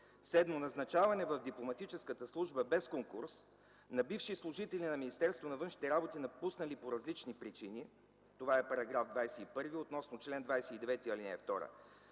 Седмо, назначаване в Дипломатическата служба без конкурс на бивши служители на Министерството на външните работи, напуснали по различни причини – това е § 21, относно чл. 29, ал. 2,